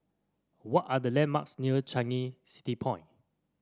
what are the landmarks near Changi City Point